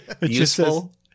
useful